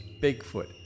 Bigfoot